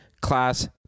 class